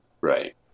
Right